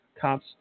cops